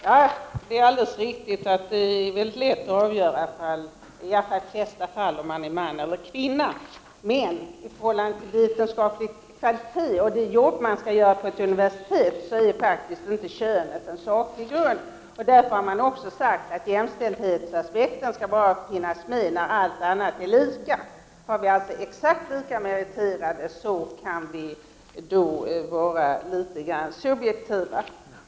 Herr talman! Det är alldeles riktigt att det i de flesta fall är mycket lätt att avgöra om man är man eller kvinna. Men i förhållande till vetenskaplig kvalitet och det arbete som skall utföras på ett universitet är det faktiskt inte kö net som är en saklig grund. Därför skall jämställdhetsaspekten endast tillmätas när allt annat är lika. När det finns exakt lika meriterade personer går det alltså att vara litet subjektiv.